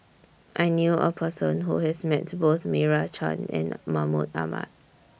I knew A Person Who has Met Both Meira Chand and Mahmud Ahmad